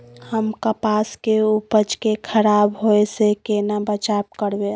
हम कपास के उपज के खराब होय से केना बचाव करबै?